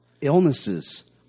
illnesses